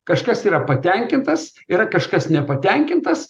kažkas yra patenkintas yra kažkas nepatenkintas